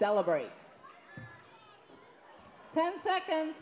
celebrate ten second